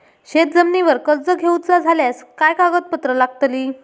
शेत जमिनीवर कर्ज घेऊचा झाल्यास काय कागदपत्र लागतली?